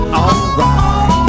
alright